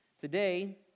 Today